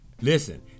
Listen